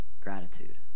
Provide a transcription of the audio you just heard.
gratitude